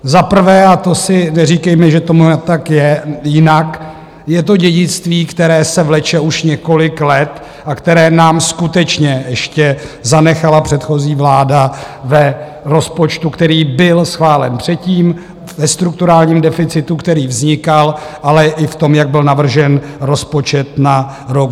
Za prvé a to si neříkejme, že je tomu jinak je to dědictví, které se vleče už několik let a které nám skutečně ještě zanechala předchozí vláda v rozpočtu, který byl schválen předtím, ve strukturálním deficitu, který vznikal, ale i v tom, jak byl navržen rozpočet na rok 2022.